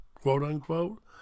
quote-unquote